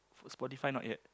Spotify not yet